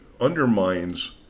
undermines